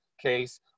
case